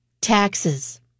Taxes